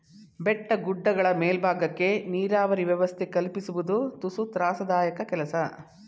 ಬೆಟ್ಟ ಗುಡ್ಡಗಳ ಮೇಲ್ಬಾಗಕ್ಕೆ ನೀರಾವರಿ ವ್ಯವಸ್ಥೆ ಕಲ್ಪಿಸುವುದು ತುಸು ತ್ರಾಸದಾಯಕ ಕೆಲಸ